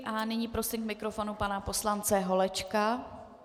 A nyní prosím k mikrofonu pana poslance Holečka.